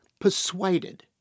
persuaded